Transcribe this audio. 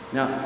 Now